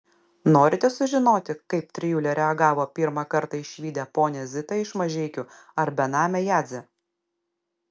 norite sužinoti kaip trijulė reagavo pirmą kartą išvydę ponią zitą iš mažeikių ar benamę jadzę